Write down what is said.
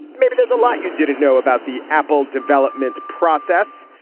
maybe there's a lot you didn't know about the apple development process.